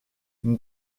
une